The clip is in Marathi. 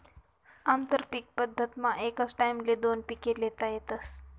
आंतरपीक पद्धतमा एकच टाईमले दोन पिके ल्हेता येतस